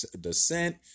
descent